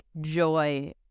joy